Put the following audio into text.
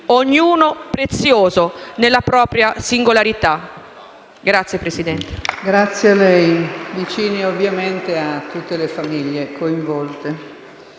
ognuno prezioso nella propria singolarità.